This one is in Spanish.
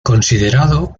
considerado